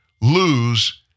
lose